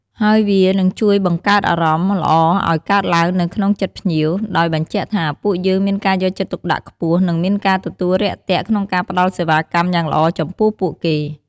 ហើយវានឹងជួយបង្កើតអារម្មណ៍ល្អឲ្យកើតឡើងនៅក្នុងចិត្តភ្ញៀវ ដោយបញ្ជាក់ថាពួកយើងមានការយកចិត្តទុកដាក់ខ្ពស់ និងមានការទទួលរាក់ទាក់ក្នុងការផ្តល់សេវាកម្មយ៉ាងល្អចំពោះពួកគេ។